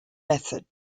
method